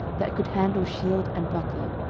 that could handle shield and buckler,